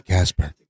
Casper